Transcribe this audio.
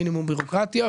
מינימום בירוקרטיה,